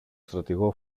στρατηγό